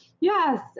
Yes